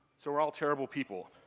so we're all terrible people.